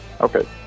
Okay